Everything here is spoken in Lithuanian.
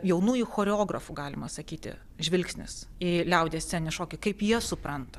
jaunųjų choreografų galima sakyti žvilgsnis į liaudies sceninį šokį kaip jie supranta